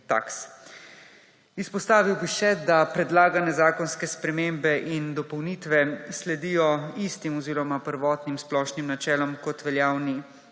taks. Izpostavil bi še, da predlagane zakonske spremembe in dopolnitve sledijo istim oziroma prvotnim splošnim načelom, kot veljavni